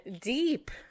deep